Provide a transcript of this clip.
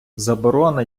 заборона